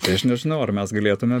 tai aš nežinau ar mes galėtume